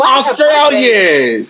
Australian